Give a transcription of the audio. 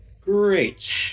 Great